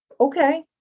Okay